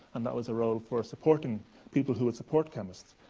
and that was a role for supporting people who were support chemists.